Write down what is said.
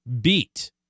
beat